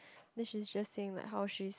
then she's just saying like how she's